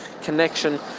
connection